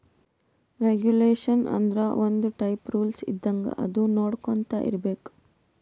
regulation ಆಂದುರ್ ಒಂದ್ type rules ಇದ್ದಂಗ ಅದು ನೊಡ್ಕೊಂತಾ ಇರ್ಬೇಕ್